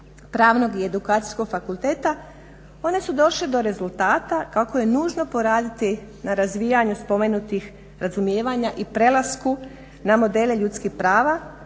Pravnog i Edukacijskog fakulteta. One su došle do rezultata kako je nužno poraditi na razvijanju spomenutih razumijevanja i prelasku na modele ljudskih prava